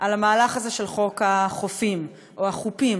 על המהלך הזה של חוק החופים או החופּים,